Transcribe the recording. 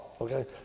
okay